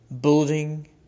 building